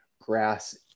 grass